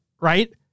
right